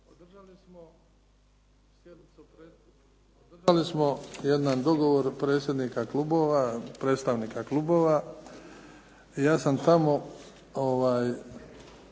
održali smo jedan dogovor predstavnika klubova i ja sam tamo